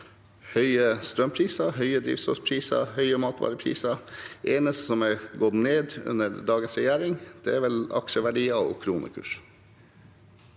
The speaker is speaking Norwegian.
høye strømpriser, høye drivstoffpriser og høye matvarepriser. Det eneste som har gått ned under dagens regjering, er vel aksjeverdier og kronekurs.